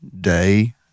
day